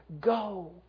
Go